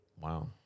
wow